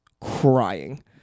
crying